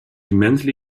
immensely